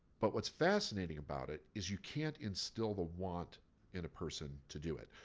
but what's fascinating about it is you can't instill the want in a person to do it.